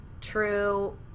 true